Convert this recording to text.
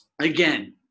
again